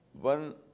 One